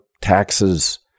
taxes